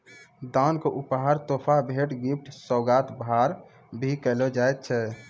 दान क उपहार, तोहफा, भेंट, गिफ्ट, सोगात, भार, भी कहलो जाय छै